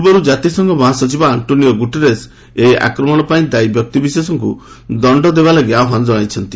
ପୂର୍ବରୁ ଜାତିସଂଘ ମହାସଚିବ ଆକ୍ଟୋନିଓ ଗୁଟେରସ୍ ଏହି ଆକ୍ରମଣ ପାଇଁ ଦାୟୀ ବ୍ୟକ୍ତି ବିଶେଷକୁ ଦଣ୍ଡଦେବା ଲାଗି ଆହ୍ୱାନ ଜଣାଇଛନ୍ତି